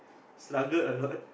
struggle a lot